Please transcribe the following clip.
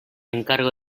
encargo